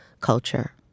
culture